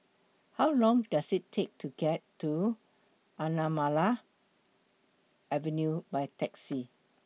How Long Does IT Take to get to Anamalai Avenue By Taxi